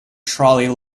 trolley